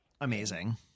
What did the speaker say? Amazing